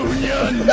Union